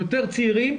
יותר צעירים,